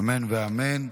אמן ואמן.